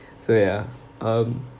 so ya um